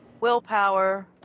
Willpower